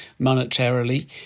monetarily